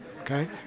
Okay